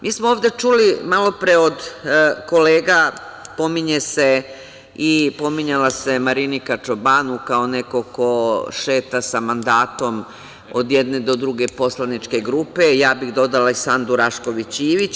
Mi smo ovde čuli malopre od kolega, pominje se i pominjala se Marinika Čobanu kao neko ko šeta sa mandatom od jedne do druge poslaničke grupe, ja bih dodala i Sandu Rašković Ivić.